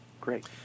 great